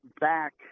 back